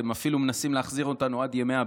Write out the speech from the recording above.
אתם אפילו מנסים להחזיר אותנו עד ימי הביניים.